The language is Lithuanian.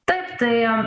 taip tai